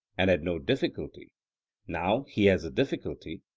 and had no difficulty now he has a difficulty,